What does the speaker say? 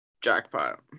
jackpot